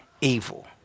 evil